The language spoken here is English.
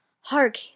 Hark